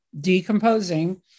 decomposing